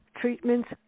treatments